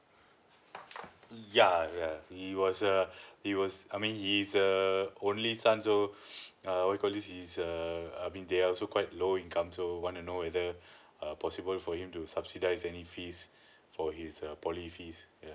yeah yeah it was uh it was I mean he is a only son so err what you call this he's err I mean they are also quite low income so want to know whether uh possible for him to subsidise any fees for his uh poly fees yeah